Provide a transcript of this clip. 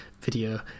video